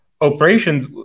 operations